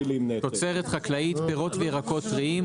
"תוצרת חקלאית" פירות וירקות טריים,